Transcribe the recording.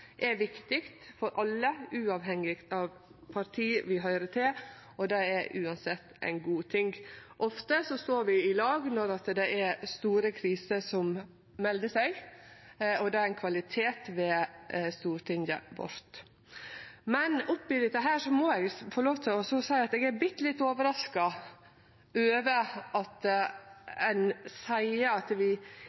er viktig for alle uavhengig av kva parti vi høyrer til, og det er uansett ein god ting. Ofte står vi i lag når det er store kriser som melder seg. Det er ein kvalitet ved Stortinget. Men oppi dette må eg få lov å seie at eg er bitte litt overraska over at ein seier at vi